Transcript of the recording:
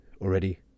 already